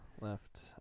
Left